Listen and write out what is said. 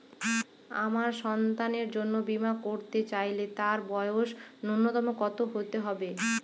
আমার সন্তানের জন্য বীমা করাতে চাইলে তার বয়স ন্যুনতম কত হতেই হবে?